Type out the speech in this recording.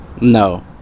No